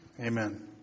Amen